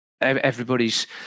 everybody's